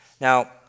Now